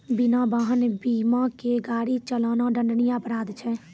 बिना वाहन बीमा के गाड़ी चलाना दंडनीय अपराध छै